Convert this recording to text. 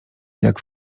jak